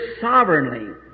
sovereignly